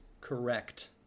correct